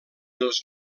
els